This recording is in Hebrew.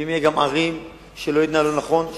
ואם יהיו גם ערים שלא יתנהלו נכון,